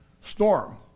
storm